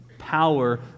power